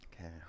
Okay